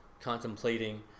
contemplating